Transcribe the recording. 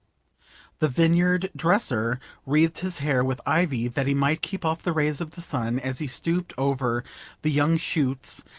the vineyard-dresser wreathed his hair with ivy that he might keep off the rays of the sun as he stooped over the young shoots,